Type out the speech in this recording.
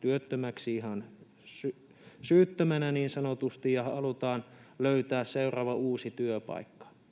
työttömäksi ihan syyttömänä, niin sanotusti, ja halutaan löytää seuraava uusi työpaikka.